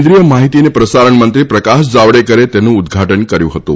કેન્દ્રિય માહીતી અને પ્રસારણમંત્રી પ્રકાશ જાવડેકરે તેનું ઉદઘાટન કર્યું હતું